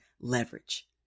leverage